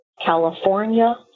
California